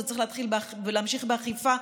זה צריך להמשיך באכיפה,